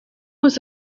was